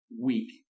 weak